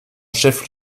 chef